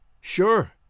Sure